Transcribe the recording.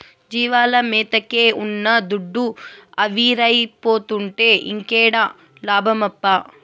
జీవాల మేతకే ఉన్న దుడ్డు ఆవిరైపోతుంటే ఇంకేడ లాభమప్పా